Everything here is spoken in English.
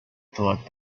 thought